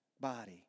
body